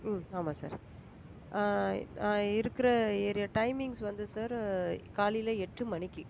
ம் ஆமா சார் நான் இருக்கிற ஏரியா டைமிங்ஸ் வந்து சார் காலையில் எட்டு மணிக்கு